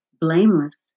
blameless